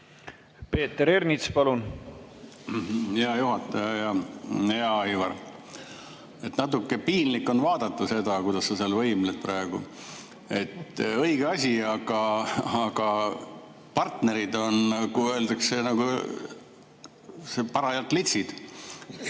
Peeter Ernits, palun! Hea juhataja! Hea Aivar! Natuke piinlik on vaadata seda, kuidas sa seal võimled praegu. Õige asi, aga partnerid on, nagu öeldakse, parajalt litsid.